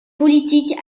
politiques